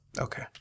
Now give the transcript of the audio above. okay